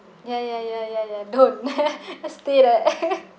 ya ya ya ya ya don't just stay there